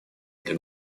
для